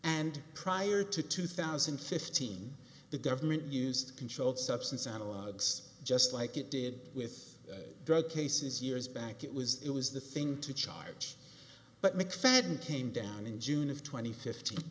and prior to two thousand and fifteen the government used controlled substances analogues just like it did with drug cases years back it was it was the thing to charge but mcfadden came down in june of tw